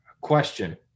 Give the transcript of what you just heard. question